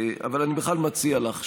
אבל אני בכלל מציע לך,